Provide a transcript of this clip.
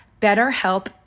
BetterHelp